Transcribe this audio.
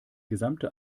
gesamte